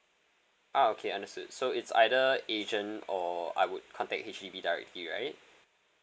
ah okay understand so it's either agent or I would contact H_D_B directly right